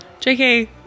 JK